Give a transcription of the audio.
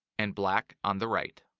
and black on the right.